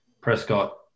Prescott